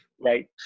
right